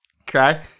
Okay